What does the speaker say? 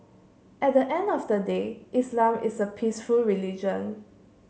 at the end of the day Islam is a peaceful religion